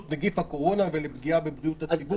נגיף הקורונה ולפגיעה בבריאות הציבור".